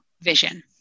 vision